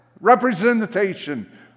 representation